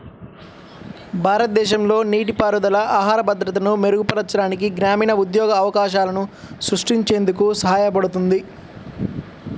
భారతదేశంలో నీటిపారుదల ఆహార భద్రతను మెరుగుపరచడానికి, గ్రామీణ ఉద్యోగ అవకాశాలను సృష్టించేందుకు సహాయపడుతుంది